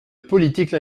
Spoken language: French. politique